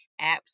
apps